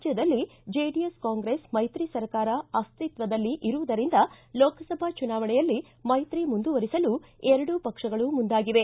ರಾಜ್ಯದಲ್ಲಿ JDS Congress ಮೈತ್ರಿ ಸರ್ಕಾರ ಅಸ್ತಿತ್ವದಲ್ಲಿ ಇರುವುದರಿಂದ ಲೋಕಸಭಾ ಚುನಾವಣೆಯಲ್ಲಿ ಮೈತ್ರಿ ಮುಂದುವರಿಸಲು ಎರಡೂ ಪಕ್ಷಗಳು ಮುಂದಾಗಿವೆ